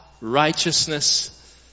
righteousness